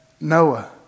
Noah